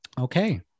Okay